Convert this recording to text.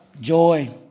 joy